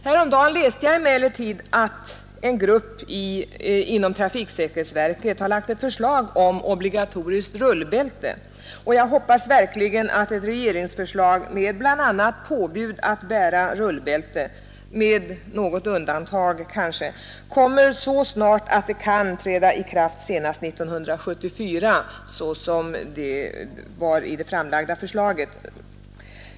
Häromdagen läste jag emellertid att en grupp inom trafiksäkerhetsverket lagt fram ett förslag om obligatoriskt rullbälte. Jag hoppas verkligen att ett regeringsförslag med bl.a. påbud att bära rullbälten — kanske med någon dispens — kommer så snart att det kan träda i kraft 1974 såsom det var tänkt i det framlagda förslaget.